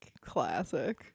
Classic